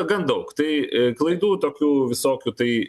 gan daug tai klaidų tokių visokių tai